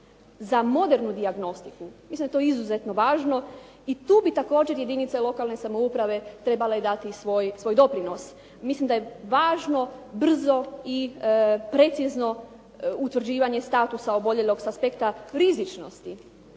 za modernu dijagnostiku. Mislim da je to izuzetno važno i tu bi također jedinice lokalne samouprave trebale dati svoj doprinos. Mislim da je važno brzo i precizno utvrđivanje statusa oboljelog s aspekta rizičnosti